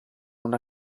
una